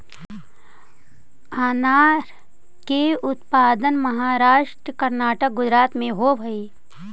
अनार के उत्पादन महाराष्ट्र, कर्नाटक, गुजरात में होवऽ हई